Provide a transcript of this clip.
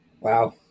wow